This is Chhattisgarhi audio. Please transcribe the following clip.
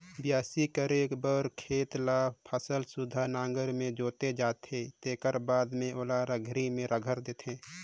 बियासी करे बर खेत ल फसल सुद्धा नांगर में जोते जाथे तेखर बाद में ओला रघरी में रघर देथे